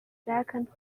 second